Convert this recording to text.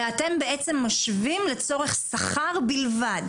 אלא אתם בעצם משווים לצורך שכר בלבד.